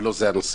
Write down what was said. לא זה הנושא.